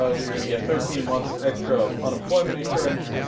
so they're going to get thirteen months extra of unemployment insurance,